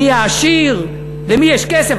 מי העשיר, למי יש כסף.